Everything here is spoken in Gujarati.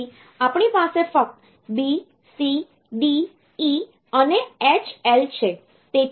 તેથી આપણી પાસે ફક્ત B C D E અને H L છે